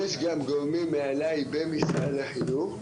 יש גם גורמים מעליי במשרד החינוך,